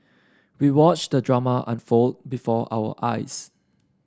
we watched the drama unfold before our eyes